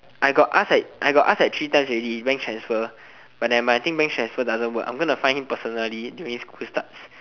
I got ask like I got ask like three times already bank transfer but nevermind I think bank transfer doesn't work I gonna find him personally when school starts